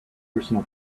personal